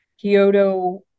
Kyoto